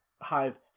Hive